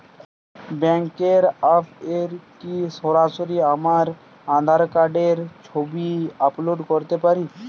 ব্যাংকের অ্যাপ এ কি সরাসরি আমার আঁধার কার্ডের ছবি আপলোড করতে পারি?